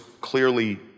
clearly